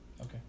Okay